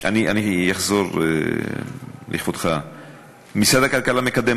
אני אחזור לכבודך: משרד הכלכלה מקדם